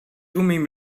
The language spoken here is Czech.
umím